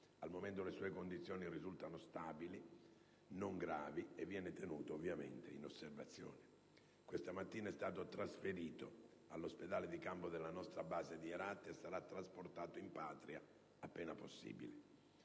Al momento, le sue condizioni risultano stabili, non gravi, e viene tenuto ovviamente sotto osservazione. Questa mattina è stato trasferito all'ospedale da campo della nostra base di Herat e sarà trasportato in Patria appena possibile.